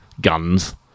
guns